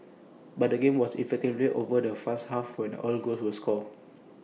but the game was effectively over in the first half when all goals were scored